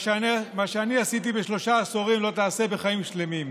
מה שאני עשיתי בשלושה עשורים לא תעשה בחיים שלמים.